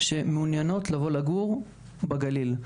שמעוניינות לבוא לגור בגליל.